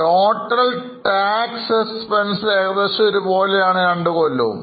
Total tax expenses ഒരുപോലെ തന്നെയാണ് രണ്ട് കൊല്ലവും